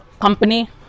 company